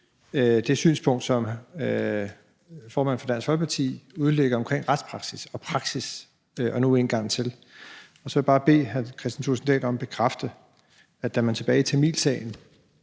det synspunkt, som formanden for Dansk Folkeparti udlagde omkring retspraksis og praksis – og nu en gang til. Så jeg vil bare bede hr. Kristian Thulesen Dahl om at bekræfte, at da man tilbage i tamilsagen